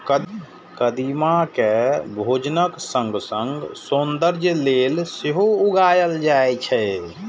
कदीमा कें भोजनक संग संग सौंदर्य लेल सेहो उगायल जाए छै